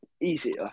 easier